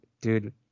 Dude